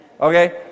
okay